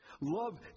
Love